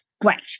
great